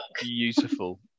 Beautiful